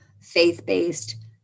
faith-based